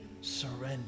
surrender